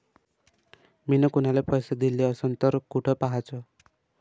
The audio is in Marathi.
मिन कुनाले पैसे दिले असन तर कुठ पाहाचं?